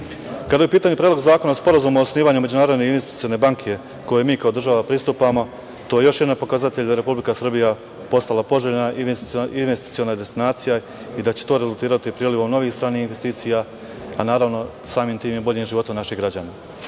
BiH.Kada je u pitanju Predlog zakona o Sporazumu o osnivanju Međunarodne investicione banke, kojoj mi kao država pristupamo, to je još jedan pokazatelj da je Republika Srbija postala poželjna investiciona destinacija i da će to rezultirati prilivom novih stranih investicija, a samim tim i boljim životom naših